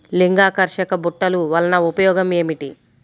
లింగాకర్షక బుట్టలు వలన ఉపయోగం ఏమిటి?